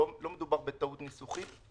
לא מדובר בטעות ניסוחית.